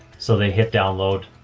so they hit download.